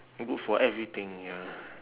good for everything ya